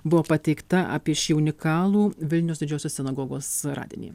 buvo pateikta apie šį unikalų vilniaus didžiosios sinagogos radinį